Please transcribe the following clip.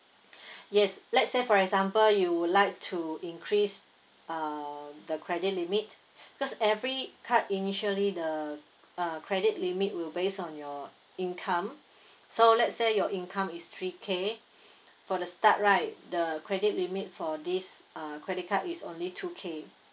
yes let's say for example you would like to increase uh the credit limit because every card initially the uh credit limit will base on your income so let's say your income is three K for the start right the credit limit for this uh credit card is only two K